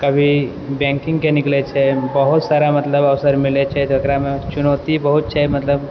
कभी बैंकिंगके निकलइ छै बहुत सारा मतलब अवसर मिलय छै जकरामे चुनौती बहुत छै मतलब